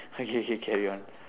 okay K carry on